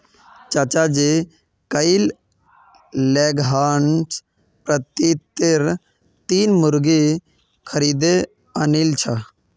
चाचाजी कइल लेगहॉर्न प्रजातीर तीन मुर्गि खरीदे आनिल छ